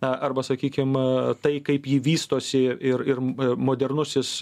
a arba sakykim tai kaip ji vystosi ir ir modernusis